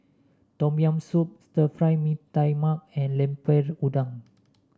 Tom Yam Soup Stir Fry Mee Tai Mak and Lemper Udang